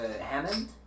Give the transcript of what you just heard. Hammond